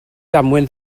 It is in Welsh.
damwain